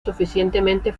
suficientemente